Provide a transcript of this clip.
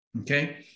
okay